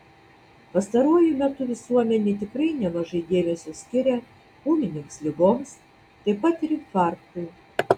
pastaruoju metu visuomenė tikrai nemažai dėmesio skiria ūminėms ligoms taip pat ir infarktui